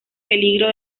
peligro